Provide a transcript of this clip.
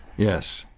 yes,